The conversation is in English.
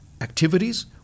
activities